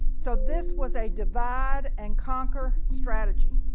so this was a divide and conquer strategy.